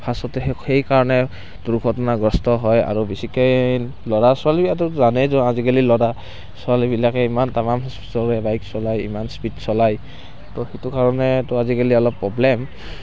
সেইকাৰণে দুৰ্ঘটনাগ্ৰস্ত হয় আৰু বেছিকৈ ল'ৰা ছোৱালী আৰু জানেই আজিকালিৰ ল'ৰা ছোৱালীবিলাকে ইমান চলে বাইক চলাই ইমান স্পীড চলায় তো সেইটো কাৰণে আজিকালি অলপ প্ৰব্লেম